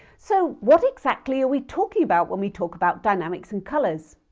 so what exactly are we talking about when we talk about dynamics and colours?